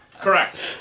Correct